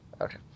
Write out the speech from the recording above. Okay